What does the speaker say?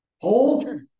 Hold